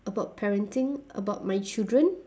about parenting about my children